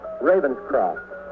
Ravenscroft